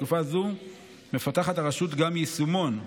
בתקופה זו מפתחת הרשות גם יישומון,